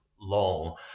long